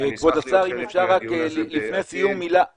אני אשמח להיות חלק מהדיון הזה בעתיד,